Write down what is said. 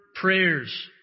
prayers